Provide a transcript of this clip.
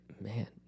man